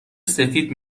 سفید